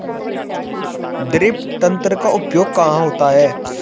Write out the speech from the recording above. Drip तंत्र का उपयोग कहाँ होता है?